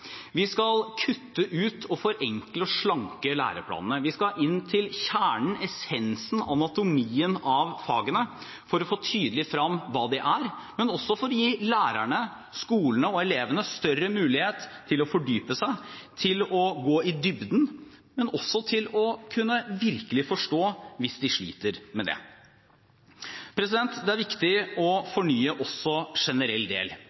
Vi skal kutte ut og forenkle og slanke læreplanene. Vi skal inn til kjernen, essensen, anatomien av fagene for å få tydelig fram hva det er, men også for å gi lærerne, skolen og elevene større mulighet til å fordype seg, til å gå i dybden, men også til virkelig å kunne forstå, hvis de sliter med det. Det er viktig å fornye også generell del,